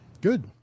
Good